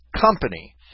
company